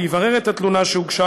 ויברר את התלונה שהוגשה,